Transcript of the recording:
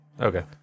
okay